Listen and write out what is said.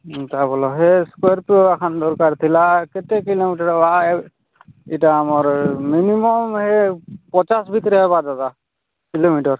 ଏନ୍ତା ବୋଲ ହେ ସ୍କୋର୍ପିଓ ହାମ୍ ଦରକାର୍ ଥିଲା କେତେ କିଲୋମିଟର୍ ହବା ଏ ଏଇଟା ଆମର୍ ଏ ମିନିମମ୍ ହେ ପଚାଶ୍ ଭିତରେ ହେବା ଦାଦା କିଲୋମିଟର୍